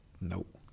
Nope